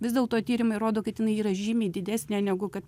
vis dėlto tyrimai rodo kad jinai yra žymiai didesnė negu kad